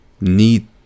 need